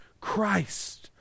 Christ